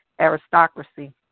aristocracy